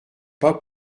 pas